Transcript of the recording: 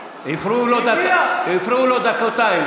הפריעו לו דקתיים.